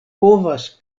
povas